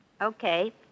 Okay